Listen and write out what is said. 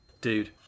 dude